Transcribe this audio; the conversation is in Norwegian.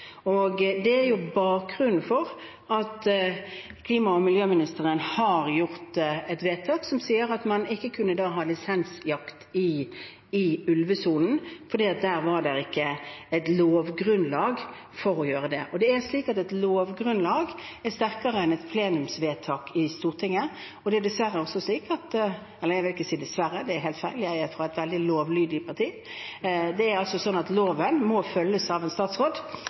Det er bakgrunnen for at klima- og miljøministeren har gjort et vedtak som sier at man ikke kan ha lisensjakt i ulvesonen, fordi det ikke er et lovgrunnlag for å gjøre det. Det er slik at et lovgrunnlag er sterkere enn et plenumsvedtak i Stortinget, og det er dessverre også slik – eller, jeg vil ikke si dessverre, det er helt feil, jeg er fra et veldig lovlydig parti – at loven må følges av en statsråd,